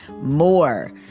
more